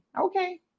Okay